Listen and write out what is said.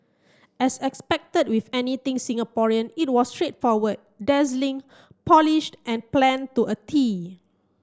as expected with anything Singaporean it was straightforward dazzling polished and planned to a tee